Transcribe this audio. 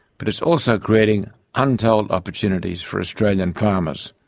but it's also creating untold opportunities for australian farmers,